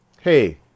Hey